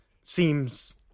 seems